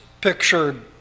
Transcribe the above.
pictured